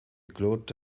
cloth